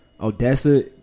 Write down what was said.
Odessa